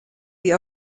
sie